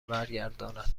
برگرداند